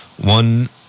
one